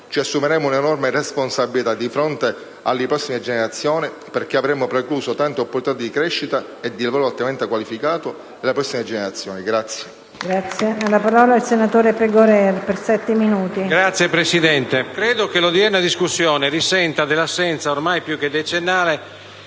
ci assumeremmo quindi un'enorme responsabilità di fronte alle prossime generazioni, perché avremmo precluso tante opportunità di crescita e di lavoro altamente qualificato